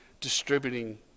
distributing